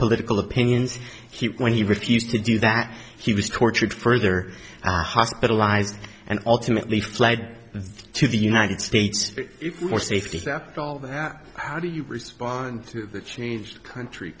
political opinions he when he refused to do that he was tortured further hospitalized and ultimately fled to the united states for safety zap all that how do you respond to that changed country